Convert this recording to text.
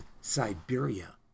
Siberia